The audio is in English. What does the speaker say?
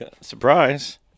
Surprise